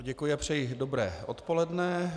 Děkuji a přeji dobré odpoledne.